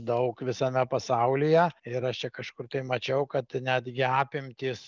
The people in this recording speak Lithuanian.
daug visame pasaulyje ir aš čia kažkur tai mačiau kad netgi apimtys